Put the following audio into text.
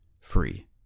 free